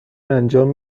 انجام